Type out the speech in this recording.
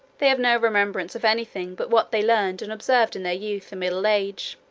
they have no remembrance of anything but what they learned and observed in their youth and middle-age,